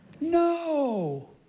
No